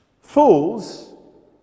Fools